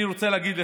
אני רוצה להגיד לך,